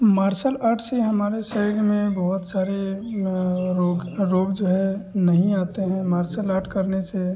martial art से हमारे शरीर में बहुत सारे रोग रोग जो है नहीं आते हैं मार्सल आर्ट करने से